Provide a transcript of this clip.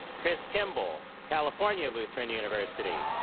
chris kimball, california lutheran university